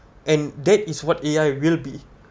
and that is what A_I will be